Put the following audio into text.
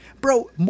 Bro